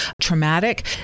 traumatic